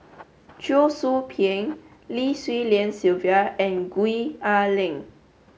Cheong Soo Pieng Lim Swee Lian Sylvia and Gwee Ah Leng